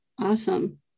awesome